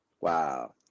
Wow